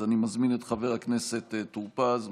אז אני מזמין את חבר הכנסת טור פז,